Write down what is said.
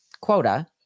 quota